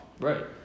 Right